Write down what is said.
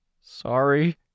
Sorry